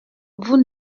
vous